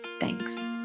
Thanks